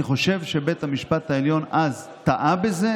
אני חושב שבית המשפט העליון אז טעה בזה,